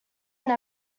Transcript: were